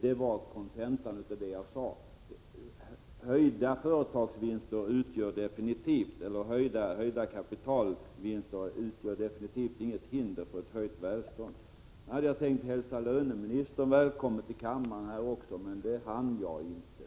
Det är kontentan av vad jag sade. Höjda kapitalvinster utgör inget som helst hinder för ett höjt välstånd. Nu hade jag tänkt hälsa löneministern välkommen till kammaren, men det hann jag inte.